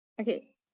Okay